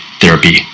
therapy